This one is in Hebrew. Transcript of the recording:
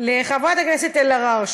לחברת הכנסת אלהרר,